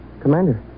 Commander